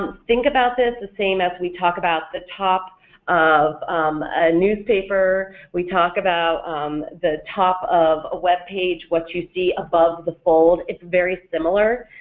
think about this the same as we talk about the top of a newspaper, we talk about the top of a web page, what you see above the fold, it's very similar.